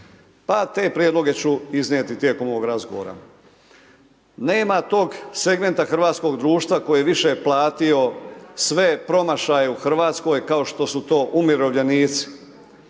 Pa te prijedloge ću iznijeti tijekom ovog razgovora. Nema tog segmenta hrvatskog društva koji je više platio sve promašaje u Hrvatskoj kao što su to umirovljenici.